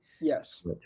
Yes